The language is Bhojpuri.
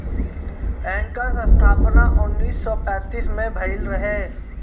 एकर स्थापना उन्नीस सौ पैंतीस में भइल रहे